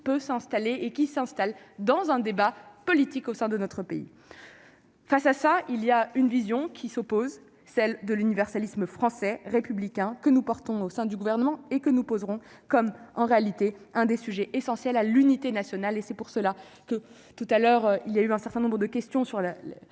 peut s'installer et qui s'installe dans un débat politique au sein de notre pays. Face à ça, il y a une vision qui s'opposent, celle de l'universalisme français républicain que nous portons au sein du gouvernement et que nous poserons comme en réalité un des sujets essentiels à l'unité nationale et c'est pour cela que tout à l'heure, il y a eu un certain nombre de questions sur la